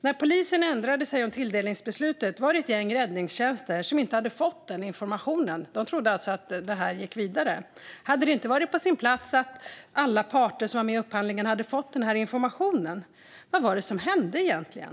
När polisen ändrade sig om tilldelningsbeslutet var det ett gäng räddningstjänster som inte fick den informationen. De trodde alltså att man gick vidare. Hade det inte varit på sin plats att ge alla parter som var med i upphandlingen den informationen? Vad var det som hände egentligen?